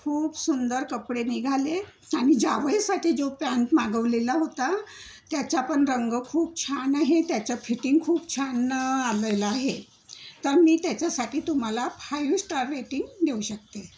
खूप सुंदर कपडे निघाले आणि जावयासाठी जो पॅन्ट मागवलेला होता त्याचा पण रंग खूप छान आहे त्याचं फिटिंग खूप छान आलेलं आहे तर मी त्याच्यासाठी तुम्हाला फायू स्टार रेटिंग देऊ शकते